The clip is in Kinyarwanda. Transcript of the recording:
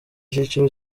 cyiciro